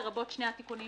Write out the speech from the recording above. לרבות שני התיקונים